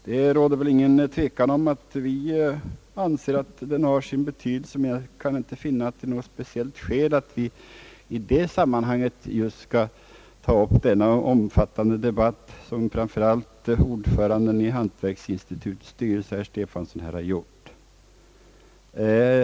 Det råder väl inget tvivel om att vi alla anser att denna företagskategori är mycket betydelsefull, men jag kan inte finna något speciellt skäl till att vi just i detta sammanhang skulle ta upp en så omfattande debatt som framför allt ordföranden i hantverksinstitutets styrelse herr Stefanson har satt i gång.